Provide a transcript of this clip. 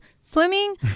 swimming